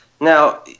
Now